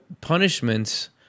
punishments